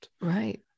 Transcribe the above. Right